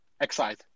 exercise